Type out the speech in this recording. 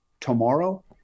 tomorrow